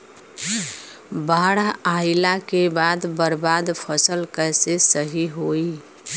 बाढ़ आइला के बाद बर्बाद फसल कैसे सही होयी?